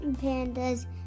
Panda's